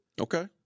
Okay